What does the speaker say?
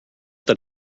that